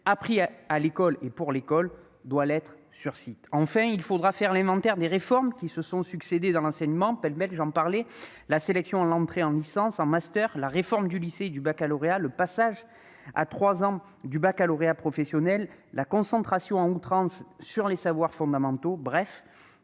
appris pour l'école doit l'être à l'école. Enfin, il faudra faire l'inventaire des réformes qui se sont succédé dans l'enseignement. Je les rappelle pêle-mêle : la sélection à l'entrée en licence et en master, la réforme du lycée et du baccalauréat, le passage à trois ans du baccalauréat professionnel, la concentration à outrance sur les savoirs fondamentaux. Le